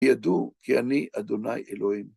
ידעו כי אני ה' אלוהים.